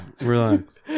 relax